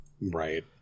Right